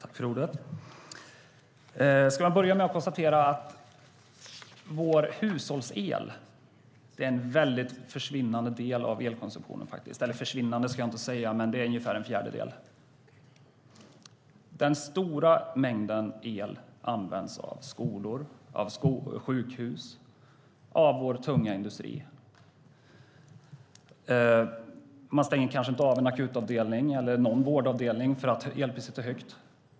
Herr talman! Jag börjar med att konstatera att vår hushållsel är en försvinnande del, ungefär en fjärdedel, av energikonsumtionen. Den stora mängden el används av skolor, sjukhus och av vår tunga industri. Man stänger inte av en akutavdelningen eller någon vårdavdelning för att elpriset är högt.